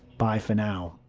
bye for now!